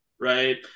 Right